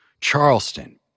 Charleston